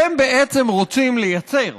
אתם בעצם רוצים לייצר